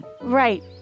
Right